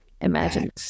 Imagine